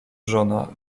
żona